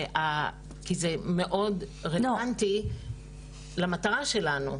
כי זה מאוד רלוונטי למטרה שלנו.